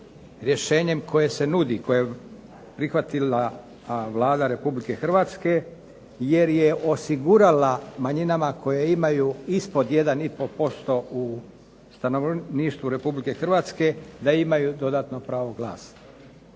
rješenjem koje se nudi, koje je prihvatila Vlada Republike Hrvatske, jer je osigurala manjinama koje imaju ispod jedan i pol posto u stanovništvu Republike Hrvatske, da imaju dodatno pravo glasa,